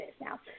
now